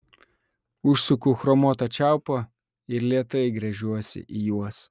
užsuku chromuotą čiaupą ir lėtai gręžiuosi į juos